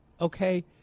Okay